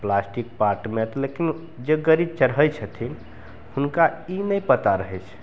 plastic part लेकिन जे गाड़ीपर चढ़ै छथिन हुनका ई नहि पता रहै छै